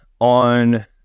on